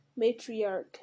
matriarch